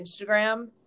Instagram